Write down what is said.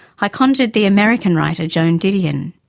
i conjured the american writer joan didion.